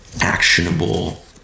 actionable